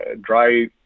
dry